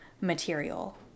material